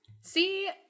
See